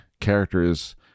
characters